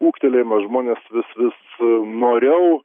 ūgtelėjimas žmonės vis vis noriau